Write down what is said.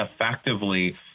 effectively